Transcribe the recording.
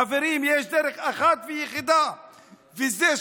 חברים, יש דרך אחת ויחידה לשלום